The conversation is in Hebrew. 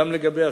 גם לגבי השטח,